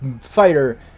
fighter